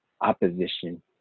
opposition